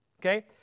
Okay